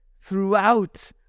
throughout